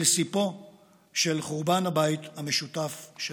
אל סיפו של חורבן הבית המשותף שלנו.